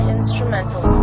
Instrumentals